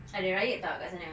ada raih tak kat sana